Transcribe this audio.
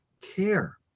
care